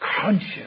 conscious